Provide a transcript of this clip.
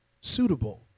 suitable